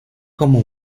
como